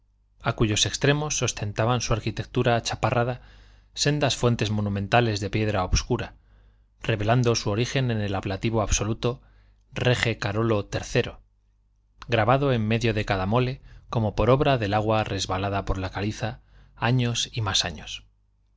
a cuyos extremos ostentaban su arquitectura achaparrada sendas fuentes monumentales de piedra obscura revelando su origen en el ablativo absoluto rege carolo iii grabado en medio de cada mole como por obra del agua resbalando por la caliza años y más años